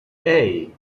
hey